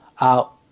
out